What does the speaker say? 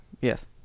yes